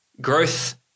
growth